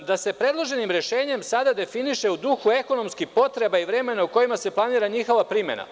Takođe, kažete da se predloženim rešenjem sada definiše u duhu ekonomskih potreba i vremena u kojima se planira njihova primena.